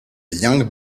young